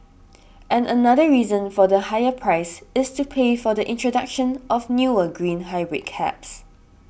and another reason for the higher price is to pay for the introduction of newer green hybrid cabs